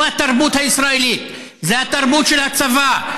זו התרבות הישראלית, זו התרבות של הצבא.